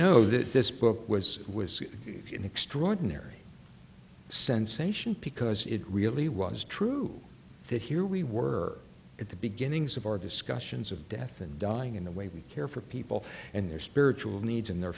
know that this book was was an extraordinary sensation because it really was true that here we were at the beginnings of our discussions of death and dying in the way we care for people and their spiritual needs and their